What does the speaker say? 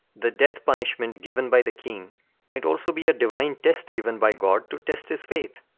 the death-punishment given by the king might also be a divine test given by god to test his faith.